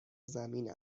زمین